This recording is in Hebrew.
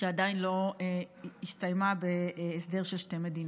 ועדיין לא הסתיימה בהסדר של שתי מדינות.